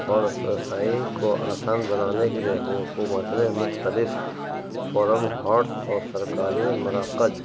اور سرسائی کو آسان بنانے کے لیے حکومت نے مختلف فارمہاٹس اور سرکاری مراکز